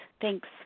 Thanks